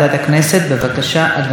בבקשה, אדוני.